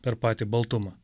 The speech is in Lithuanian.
per patį baltumą